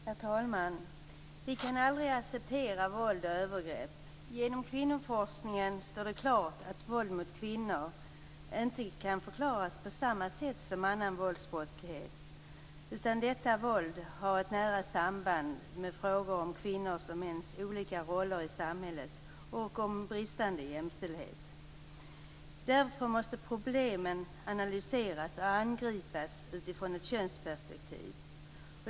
Herr talman! Vi kan aldrig acceptera våld och övergrepp. Genom kvinnoforskningen står det klart att våld mot kvinnor inte kan förklaras på samma sätt som annan våldsbrottslighet. Detta våld har ett nära samband med frågor om kvinnors och mäns olika roller i samhället och bristande jämställdhet. Därför måste problemen analyseras och angripas utifrån ett könsperspektiv.